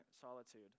solitude